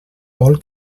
vol